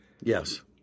Yes